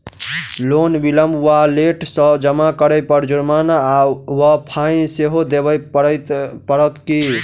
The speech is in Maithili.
लोन विलंब वा लेट सँ जमा करै पर जुर्माना वा फाइन सेहो देबै पड़त की?